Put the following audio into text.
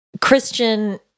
Christian